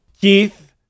Keith